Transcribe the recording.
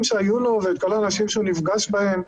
שהיו לו ואת כל האנשים שהוא נפגש בהם.